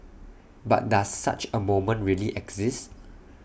but does such A moment really exist